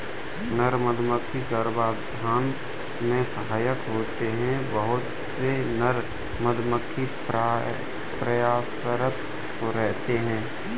नर मधुमक्खी गर्भाधान में सहायक होते हैं बहुत से नर मधुमक्खी प्रयासरत रहते हैं